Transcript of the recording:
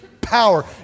power